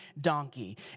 donkey